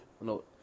No